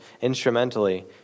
instrumentally